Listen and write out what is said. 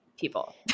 people